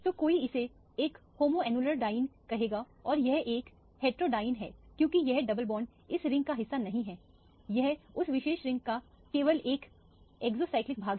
तो कोई इसे एक होम्योन्युलर डाइईन कहेगा और यह एक हेटेरोन्युलर डाइईन है क्योंकि यह डबल बॉन्ड इस रिंग का हिस्सा नहीं है यह उस विशेष रिंग का केवल एक एक्सोसाइक्लिक भाग है